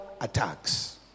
attacks